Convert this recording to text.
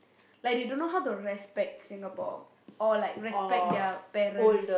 like they don't know how to respect Singapore or like respect their parents